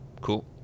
Cool